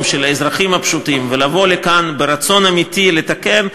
של האזרחים הפשוטים ולבוא לכאן ברצון אמיתי לתקן,